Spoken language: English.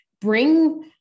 bring